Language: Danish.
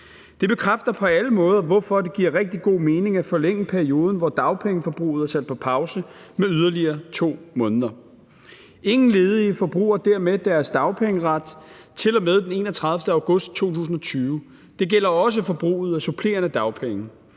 Det bekræfter på alle måder, hvorfor det giver rigtig god mening at forlænge perioden, hvor dagpengeforbruget er sat på pause, med yderligere 2 måneder. Ingen ledige forbruger dermed deres dagpengeret til og med den 31. august 2020, og det gælder også forbruget af supplerende dagpenge.